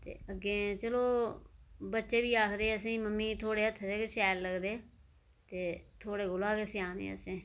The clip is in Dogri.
अग्गै चलो बच्चे बी आखदे असें गी मम्मी थुआढ़े हत्थें दे गै शैल लगदे ते थुआढ़े कोला गै सिआने असें